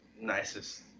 nicest